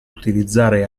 utilizzare